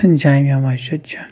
جامع مسجِد چھِ